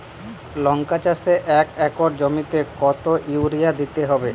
লংকা চাষে এক একর জমিতে কতো ইউরিয়া দিতে হবে?